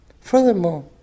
Furthermore